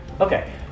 Okay